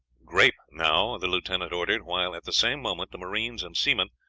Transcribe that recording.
grape now, the lieutenant ordered, while, at the same moment, the marines and seamen,